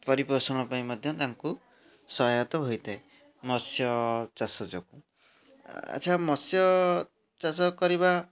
ପରିପୋଷଣ ପାଇଁ ମଧ୍ୟ ତାଙ୍କୁ ସହାୟକ ହୋଇଥାଏ ମତ୍ସ୍ୟ ଚାଷ ଯୋଗୁଁ ଆଚ୍ଛା ମତ୍ସ୍ୟ ଚାଷ କରିବା